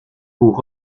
pour